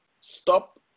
stop